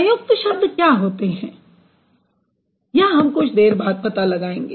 संयुक्त शब्द क्या होते हैं यह हम कुछ देर बाद पता लगाएंगे